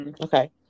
Okay